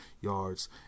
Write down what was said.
yards